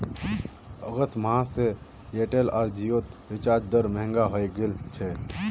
अगस्त माह स एयरटेल आर जिओर रिचार्ज दर महंगा हइ गेल छेक